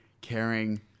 caring